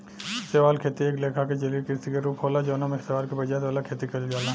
शैवाल खेती एक लेखा के जलीय कृषि के रूप होला जवना में शैवाल के प्रजाति वाला खेती कइल जाला